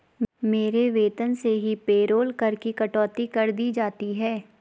मेरे वेतन से ही पेरोल कर की कटौती कर दी जाती है